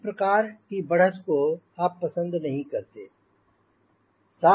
इस प्रकार की बढ़त को आप पसंद नहीं करते